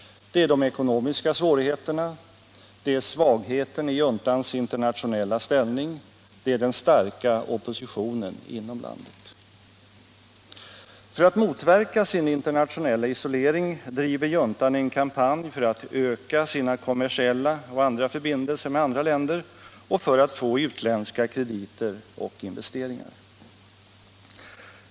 Det är de ekonomiska svårigheterna, det är svagheten i juntans internationella ställning, det är den starka oppositionen inom landet. I syfte att motverka sin internationella isolering driver juntan en kampanj för att öka sina kommersiella och andra förbindelser med andra länder och för att få utländska krediter och investeringar.